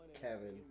Kevin